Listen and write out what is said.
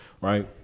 right